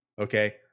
okay